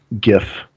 GIF